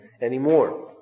anymore